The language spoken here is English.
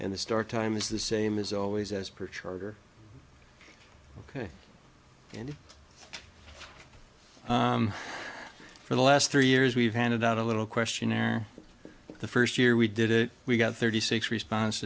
start time is the same as always as per charter ok and for the last three years we've handed out a little questionnaire the first year we did it we got thirty six response